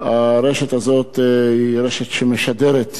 דוד אזולאי וישראל אייכלר,